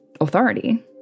authority